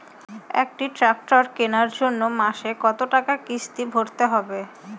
একটি ট্র্যাক্টর কেনার জন্য মাসে কত টাকা কিস্তি ভরতে হবে?